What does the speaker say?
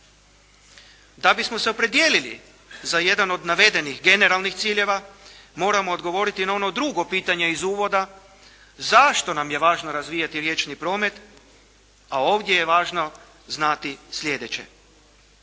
Da bismo se opredijelili za jedan od navedenih generalnih ciljeva, moramo odgovoriti na ono drugo pitanje iz uvoda zašto nam je važno razvijati riječni promet, a ovdje je važno znati sljedeće.